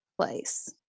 place